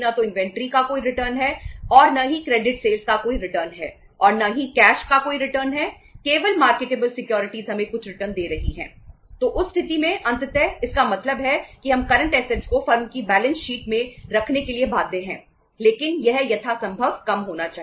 तो इसका मतलब है कि निष्कर्ष यह है कि करंट असेट्स में रखने के लिए बाध्य हैं लेकिन यह यथासंभव कम होना चाहिए